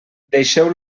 deixeu